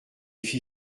fit